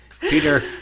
Peter